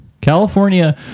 California